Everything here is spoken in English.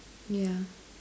yeah